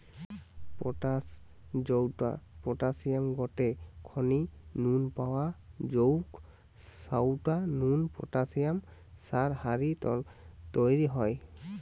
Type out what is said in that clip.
potash জউটা পটাশিয়ামের গটে খনি নু পাওয়া জউগ সউটা নু পটাশিয়াম সার হারি তইরি হয়